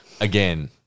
again